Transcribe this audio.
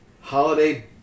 Holiday